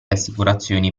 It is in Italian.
assicurazioni